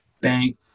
bank